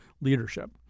leadership